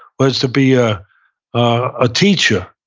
whether it's to be a ah teacher,